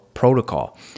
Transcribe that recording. protocol